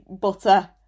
butter